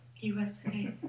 USA